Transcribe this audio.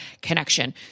connection